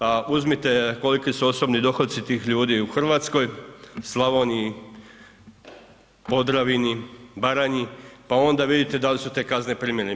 Pa uzmite koliki su osobni dohodci tih ljudi u Hrvatskoj, Slavoniji, Podravini, Baranji pa onda vidite da li su te kazne primjerene.